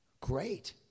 Great